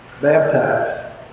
baptized